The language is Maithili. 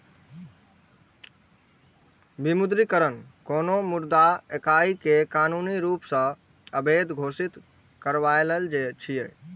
विमुद्रीकरण कोनो मुद्रा इकाइ कें कानूनी रूप सं अवैध घोषित करनाय छियै